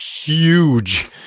huge